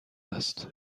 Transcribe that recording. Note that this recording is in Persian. است